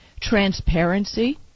transparency